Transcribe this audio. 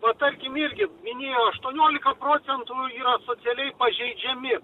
va tarkim irgi minėjo aštuonioliką procentų yra socialiai pažeidžiami